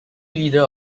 leader